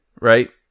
right